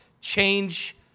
change